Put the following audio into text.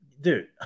Dude